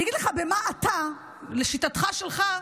אני אגיד לך במה אתה, לשיטתך שלך,